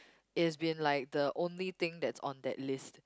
it has been like the only thing that's on that list